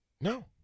No